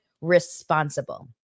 responsible